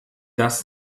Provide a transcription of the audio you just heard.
das